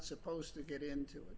supposed to get into